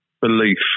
belief